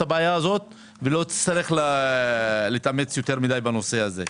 הבעיה הזו ולא תצטרך להתאמץ יותר מדי בנושא הזה.